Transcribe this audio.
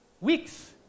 weeks